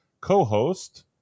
co-host